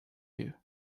you